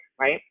right